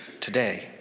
today